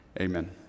Amen